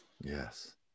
Yes